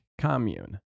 Commune